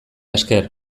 esker